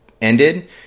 ended